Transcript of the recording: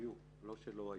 היו, זה לא שהיו.